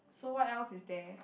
so what else is there